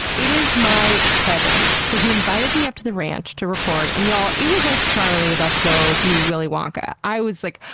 it is my heaven. so he invited me up to the ranch to record, and y'all, it was like charlie about to go meet willy wonka. i was like,